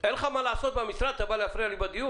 אין לך מה לעשות במשרד אתה בא להפריע לי בדיון?